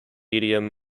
medium